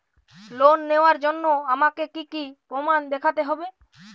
Loan নেওয়ার জন্য আমাকে কী কী প্রমাণ দেখতে হবে?